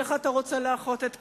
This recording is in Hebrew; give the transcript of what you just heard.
איך אתה רוצה לאחות את קרעיה?